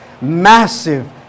massive